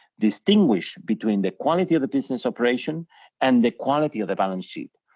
distinguish between the quantity of the business operation and the quality of the balance sheet.